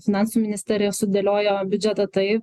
finansų ministerija sudėliojo biudžetą tai